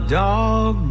dog